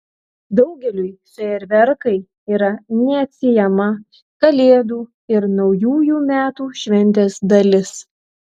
daugeliui fejerverkai yra neatsiejama kalėdų ir naujųjų metų šventės dalis